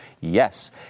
Yes